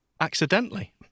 Accidentally